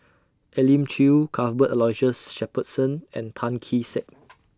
Elim Chew Cuthbert Aloysius Shepherdson and Tan Kee Sek